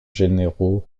généraux